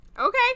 Okay